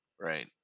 right